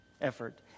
effort